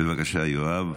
בבקשה, יואב.